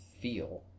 feel